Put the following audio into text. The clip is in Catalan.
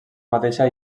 mateixa